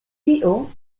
tio